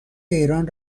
ایران